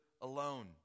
alone